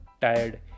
tired